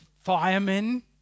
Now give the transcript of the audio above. firemen